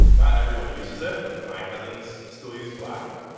not everyone uses it. like, my cousins still use black.